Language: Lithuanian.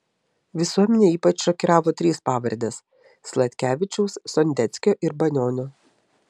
visuomenę ypač šokiravo trys pavardės sladkevičiaus sondeckio ir banionio